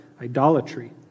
idolatry